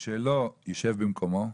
שלא ישב במקומו.